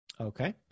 Okay